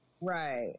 Right